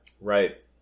Right